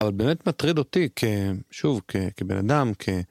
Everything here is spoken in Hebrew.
אבל באמת מטריד אותי, שוב, כבן אדם, כ...